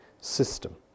system